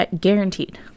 Guaranteed